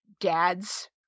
dads